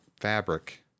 fabric